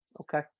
okay